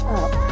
up